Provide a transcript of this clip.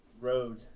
road